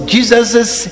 Jesus's